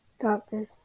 doctor's